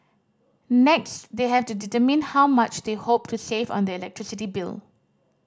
next they have to determine how much they hope to save on their electricity bill